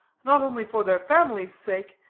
not only for their families' sake,